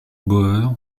bauer